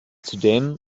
zudem